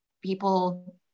people